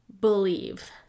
believe